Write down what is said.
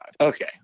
Okay